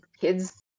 kids